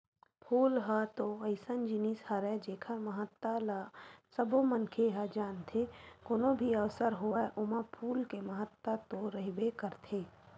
फूल ह तो अइसन जिनिस हरय जेखर महत्ता ल सबो मनखे ह जानथे, कोनो भी अवसर होवय ओमा फूल के महत्ता तो रहिबे करथे